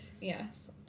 Yes